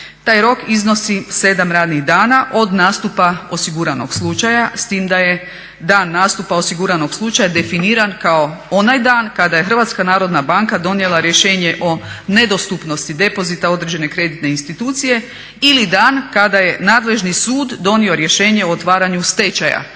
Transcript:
Taj rok iznosi 7 radnih dana od nastupa osiguranog slučaja, s tim da je dan nastupa osiguranog slučaj definiran kao onaj dan kada je HNB donijela rješenje o nedostupnosti depozita određene kreditne institucije ili dan kada je nadležni sud donio rješenje o otvaranju stečaja